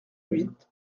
huit